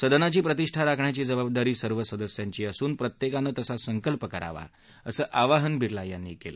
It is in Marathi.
सदनाची प्रतिष्ठा राखण्याची जबाबदारी सर्व सदस्यांची असून प्रत्येकानं तसा संकल्प करावा असं आवाहन बिर्ला यांनी केलं